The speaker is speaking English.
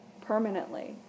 permanently